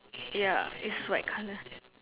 ya it's white colour